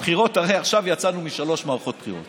הבחירות, הרי עכשיו יצאנו משלוש מערכות בחירות.